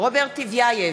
רוברט טיבייב,